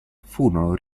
furono